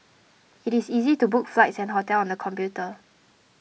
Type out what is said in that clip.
it is easy to book flights and hotels on the computer